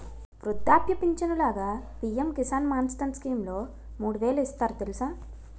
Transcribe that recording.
వృద్ధాప్య పించను లాగా పి.ఎం కిసాన్ మాన్ధన్ స్కీంలో మూడు వేలు ఇస్తారు తెలుసా?